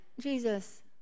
Jesus